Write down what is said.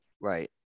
Right